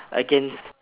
against